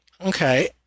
Okay